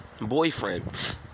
boyfriend